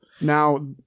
Now